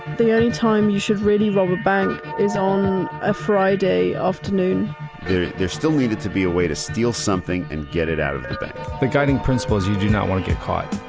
the only time you should really rob a bank is on a friday afternoon there still needed to be a way to steal something and get it out of the bank the guiding principle is you do not want to get caught